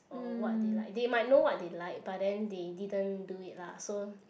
or what they like they might know what they like but then they didn't do it lah so